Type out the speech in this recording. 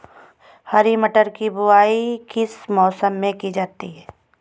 हरी मटर की बुवाई किस मौसम में की जाती है?